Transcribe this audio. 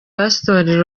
pastor